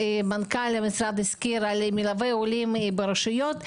מנכ"ל המשרד הזכיר על מלווה עולים ברשויות.